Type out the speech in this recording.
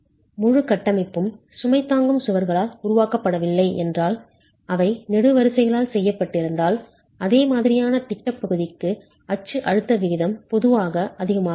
முழு கட்டமைப்பும் சுமை தாங்கும் சுவர்களால் உருவாக்கப்படவில்லை என்றால் அவை நெடுவரிசைகளால் செய்யப்பட்டிருந்தால் அதே மாதிரியான திட்டப் பகுதிக்கு அச்சு அழுத்த விகிதம் பொதுவாக அதிகமாக இருக்கும்